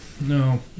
No